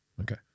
Okay